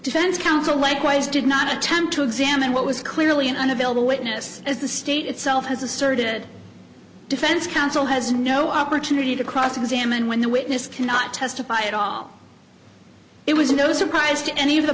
defense counsel likewise did not attempt to examine what was clearly an unavailable witness as the state itself has asserted that defense counsel has no opportunity to cross examine when the witness cannot testify at all it was no surprise to any of the